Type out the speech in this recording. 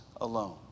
alone